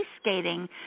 skating